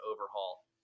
overhaul